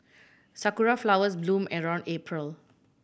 sakura flowers bloom around April